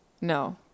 No